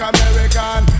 American